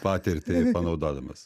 patirtį panaudodamas